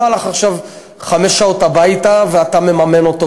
הלך עכשיו חמש שעות הביתה ואתה מממן אותו,